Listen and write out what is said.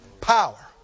Power